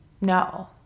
No